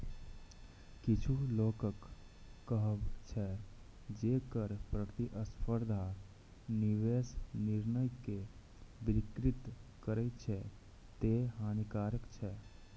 किछु लोकक कहब छै, जे कर प्रतिस्पर्धा निवेश निर्णय कें विकृत करै छै, तें हानिकारक छै